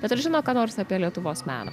bet ar žino ką nors apie lietuvos meną